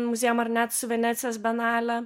muziejum ar net su venecijos bienale